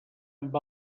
amb